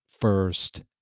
first